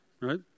right